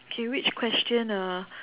okay which question uh